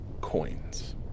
coins